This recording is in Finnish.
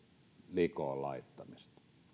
likoon laittamista